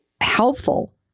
helpful